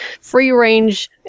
free-range